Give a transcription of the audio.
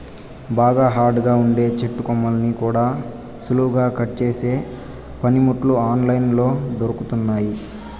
బాగా హార్డ్ గా ఉండే చెట్టు కొమ్మల్ని కూడా సులువుగా కట్ చేసే పనిముట్లు ఆన్ లైన్ లో దొరుకుతున్నయ్యి